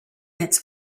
its